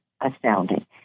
astounding